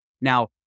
Now